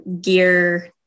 gear